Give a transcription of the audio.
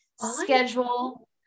schedule